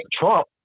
Trump